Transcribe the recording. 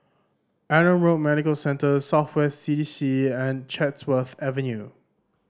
Adam Road Medical Centre South West C D C and Chatsworth Avenue